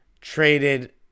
traded